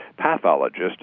pathologist